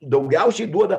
daugiausiai duoda